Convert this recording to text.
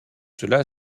cela